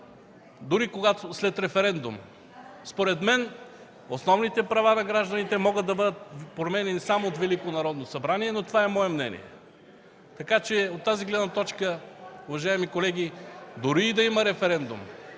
дори след референдум. Според мен основните права на гражданите могат да бъдат променяни само от Велико Народно събрание, но това е мое мнение. От тази гледна точка, уважаеми колеги, дори да има референдум,